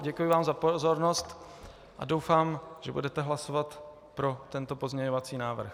Děkuji vám za pozornost a doufám, že budete hlasovat pro tento pozměňovací návrh.